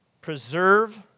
Preserve